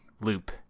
loop